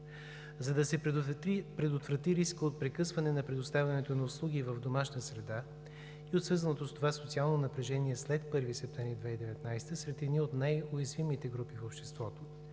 За да се предотврати рискът от прекъсване на предоставянето на услуги в домашна среда и от свързаното с това социално напрежение след 1 септември 2019 г., сред едни от най-уязвимите групи в обществото,